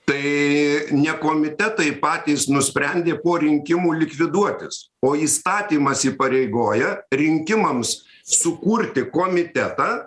tai ne komitetai patys nusprendė po rinkimų likviduotis o įstatymas įpareigoja rinkimams sukurti komitetą